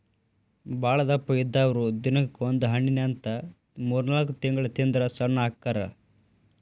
ಬಾಳದಪ್ಪ ಇದ್ದಾವ್ರು ದಿನಕ್ಕ ಒಂದ ಹಣ್ಣಿನಂತ ಮೂರ್ನಾಲ್ಕ ತಿಂಗಳ ತಿಂದ್ರ ಸಣ್ಣ ಅಕ್ಕಾರ